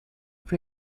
fra